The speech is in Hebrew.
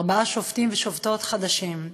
ארבעה שופטים ושופטות חדשים.